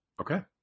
Okay